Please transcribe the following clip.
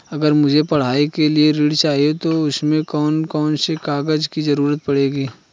अगर मुझे पढ़ाई के लिए ऋण चाहिए तो उसमें कौन कौन से कागजों की जरूरत पड़ेगी?